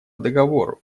договору